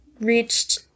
reached